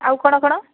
ଆଉ କ'ଣ କ'ଣ